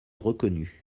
reconnu